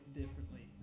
differently